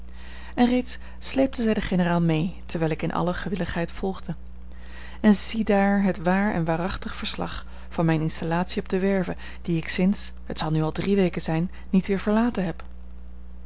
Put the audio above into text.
en reeds sleepte zij den generaal mee terwijl ik in alle gewilligheid volgde en ziedaar het waar en waarachtig verslag van mijne installatie op de werve die ik sinds het zal nu al drie weken zijn niet weer verlaten heb